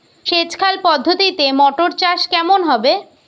সেচ খাল পদ্ধতিতে মটর চাষ কেমন হবে?